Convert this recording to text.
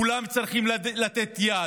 כולם צריכים לתת יד,